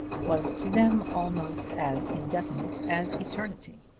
was to them almost as indefinite as eternity.